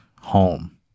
home